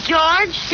George